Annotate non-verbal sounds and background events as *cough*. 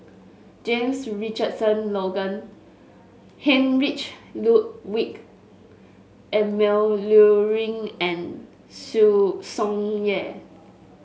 James Richardson Logan Heinrich Road week Emil Luering and *unintelligible* Tsung Yeh